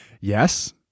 Yes